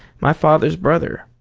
my father's brother,